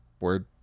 word